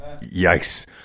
Yikes